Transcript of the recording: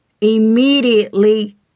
immediately